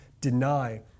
deny